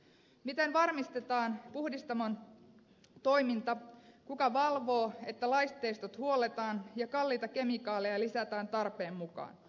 miten varmistetaan puhdistamon toiminta kuka valvoo että laitteistot huolletaan ja kalliita kemikaaleja lisätään tarpeen mukaan